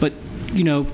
but you know